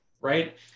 right